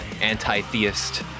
anti-theist